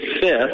fifth